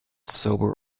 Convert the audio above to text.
sober